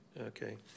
okay